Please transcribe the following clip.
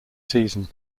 season